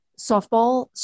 softball